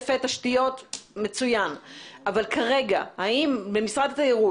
אבל כרגע האם במשרד התיירות